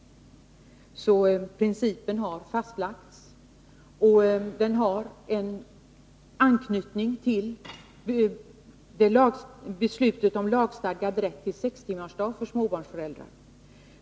Principen har alltså fastlagts, och den har en anknytning till beslutet om lagstadgad rätt till 6-timmarsdag för småbarnsföräldrar.